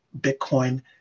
bitcoin